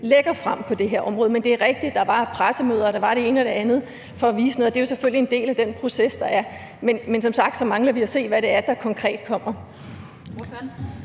lægger frem på det her område. Men det er rigtigt, at der var et pressemøde, og at der var det ene og det andet, for at vise noget. Det er selvfølgelig en del af den proces, der er, men som sagt mangler vi at se, hvad det er, der kommer konkret.